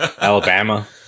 Alabama